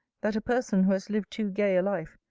that a person who has lived too gay a life,